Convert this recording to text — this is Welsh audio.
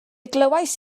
glywais